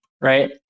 right